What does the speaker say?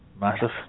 Massive